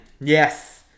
yes